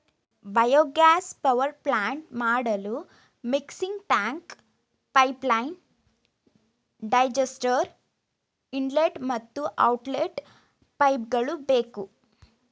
biogas power plant ಮಾಡಲು mixing tank, pipeline, digester, inlet ಮತ್ತು outlet ಪೈಪ್ಗಳು ಬೇಕು